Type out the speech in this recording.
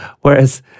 Whereas